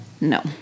No